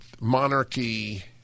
monarchy